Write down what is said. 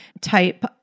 type